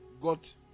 got